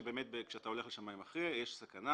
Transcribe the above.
היא שכאשר אתה הולך לשמאי מכריעה יש סכנה